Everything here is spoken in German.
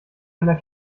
einer